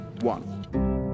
one